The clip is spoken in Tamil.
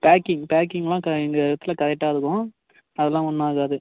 பேக்கிங் பேக்கிங்லாம் க எங்கள் இடத்தில் கரெக்ட்டாக இருக்கும் அதெல்லாம் ஒன்றும் ஆகாது